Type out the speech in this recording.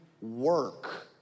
work